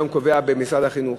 יום קובע במשרד החינוך.